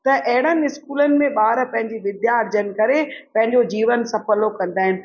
त अहिड़नि स्कूलनि में ॿार पंहिंजी विध्या अर्जन करे पंहिंजो जीवन सफ़िलो कंदा आहिनि